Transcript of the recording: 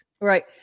Right